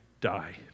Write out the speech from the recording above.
die